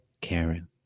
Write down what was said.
Karen